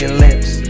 lips